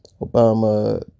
Obama